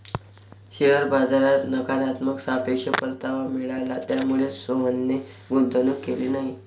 share बाजारात नकारात्मक सापेक्ष परतावा मिळाला, त्यामुळेच सोहनने गुंतवणूक केली नाही